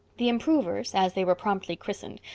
the improvers, as they were promptly christened,